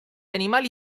animali